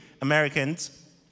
Americans